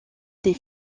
des